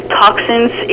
toxins